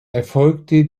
erfolgte